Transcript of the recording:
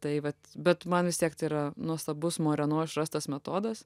tai vat bet man vis tiek tai yra nuostabus moreno išrastas metodas